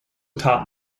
taught